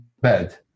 bad